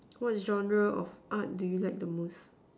what genre of art do you like the most